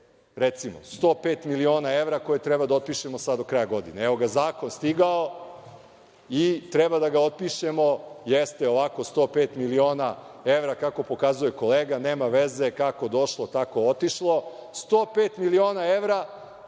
recimo, 105 miliona evra koje treba da otpišemo do kraja godine? Evo ga, zakon je stigao i treba da ga otpišemo, jeste 105 miliona evra, kako pokazuje kolega, nema veze, kako došlo tako i otišlo, 105 miliona evra